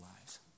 lives